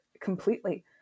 completely